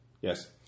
Yes